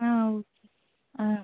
ஆ ஓ ஆ